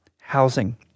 housing